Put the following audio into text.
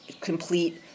complete